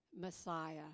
Messiah